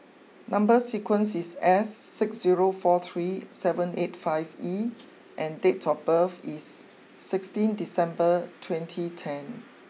number sequence is S six zero four three seven eight five E and date of birth is sixteen December twenty ten